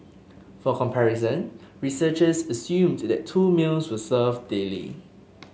for comparison researchers assumed that two meals were served daily